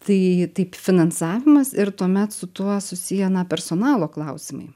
tai taip finansavimas ir tuomet su tuo susiję na personalo klausimai